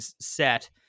set